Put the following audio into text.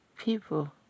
people